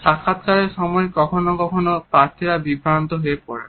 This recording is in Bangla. সাক্ষাৎকারের সময় কখনও কখনও প্রার্থীরা বিভ্রান্ত হয়ে পড়েন